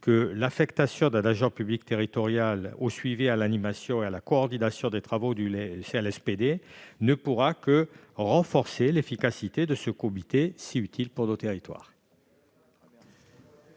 que l'affectation d'un agent public territorial au suivi, à l'animation et à la coordination des travaux du CLSPD ne pourra que renforcer l'efficacité de ce conseil si utile pour nos territoires.